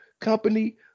company